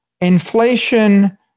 inflation